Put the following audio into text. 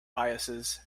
biases